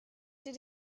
did